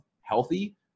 healthy